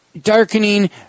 darkening